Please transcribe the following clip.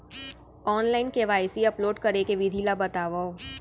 Online KYC upload करे के विधि ला बतावव?